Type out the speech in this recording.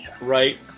right